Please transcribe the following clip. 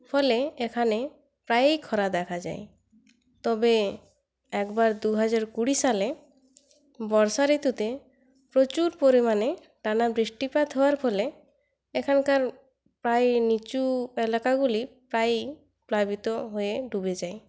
ফলে এখানে প্রায়ই খরা দেখা যায় তবে একবার দুহাজার কুড়ি সালে বর্ষা ঋতুতে প্রচুর পরিমাণে টানা বৃষ্টিপাত হওয়ার ফলে এখানকার প্রায় নিচু এলাকাগুলি প্রায় প্লাবিত হয়ে ডুবে যায়